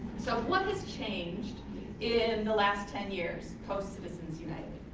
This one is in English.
so what has changed in the last ten years, post citizens united?